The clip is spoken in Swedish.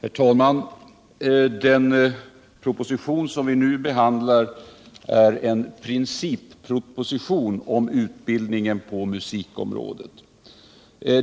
Herr talman! Den proposition som vi nu behandlar är en principproposition om utbildningen på musikområdet.